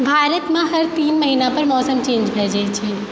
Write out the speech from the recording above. भारतमे हर तीन महीना पर मौसम चेन्ज भए जाइत छै